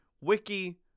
Wiki